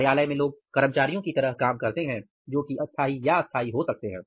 कार्यालय में लोग कर्मचारियों की तरह काम करते हैं जो कि अस्थाई या स्थाई हो सकते हैं